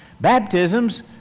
Baptisms